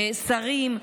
שרים,